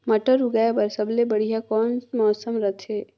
मटर उगाय बर सबले बढ़िया कौन मौसम रथे?